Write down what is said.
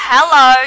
Hello